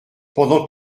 pendant